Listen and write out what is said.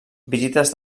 visites